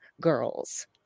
girls